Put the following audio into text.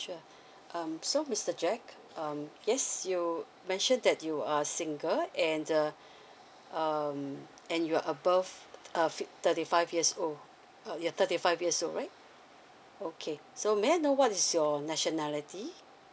sure um so mister jack um yes you mentioned that you are single and uh um and your above a fit~ thirty five years old you're thirty five years old right okay so may I know what is your nationality